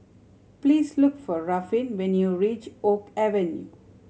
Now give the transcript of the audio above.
please look for Ruffin when you reach Oak Avenue